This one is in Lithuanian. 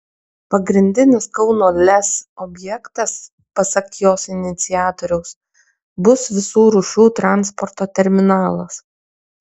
pagrindinis kauno lez objektas pasak jos iniciatoriaus bus visų rūšių transporto terminalas